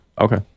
Okay